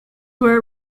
were